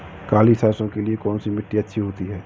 काली सरसो के लिए कौन सी मिट्टी अच्छी होती है?